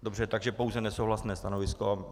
Dobře, takže pouze nesouhlasné stanovisko.